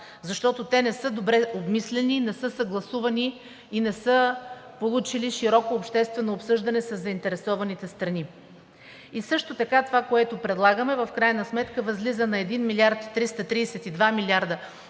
защото те не са добре обмислени, не са съгласувани и не са получили широко обществено обсъждане със заинтересованите страни. И също така това, което предлагаме, в крайна сметка възлиза на 1 млрд. 332 млн.